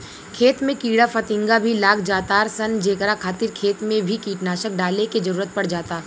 खेत में कीड़ा फतिंगा भी लाग जातार सन जेकरा खातिर खेत मे भी कीटनाशक डाले के जरुरत पड़ जाता